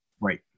Right